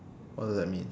what does that mean